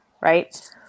right